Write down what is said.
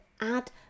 add